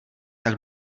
tak